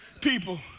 people